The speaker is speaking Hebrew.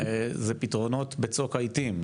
זה פתרונות בצוק העיתים,